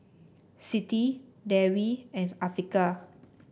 Siti Dewi and Afiqah